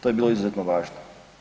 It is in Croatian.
To je bilo izuzetno važno.